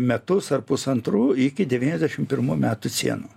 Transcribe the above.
metus ar pusantrų iki devyniasdešim pirmų metų sienų